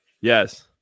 Yes